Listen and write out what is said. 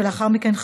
ולאחר מכן,